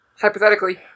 hypothetically